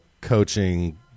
coaching